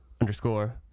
underscore